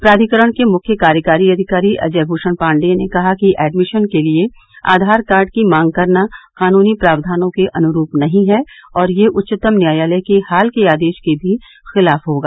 प्राधिकरण के मुख्य कार्यकारी अधिकारी अजय भूषण पाण्डेय ने कहा कि एडमिशन के लिए आधार कार्ड की मांग करना कानूनी प्रावधानों के अनुरूप नहीं है और यह उच्चतम न्यायालय के हाल के आदेश के भी खिलाफ होगा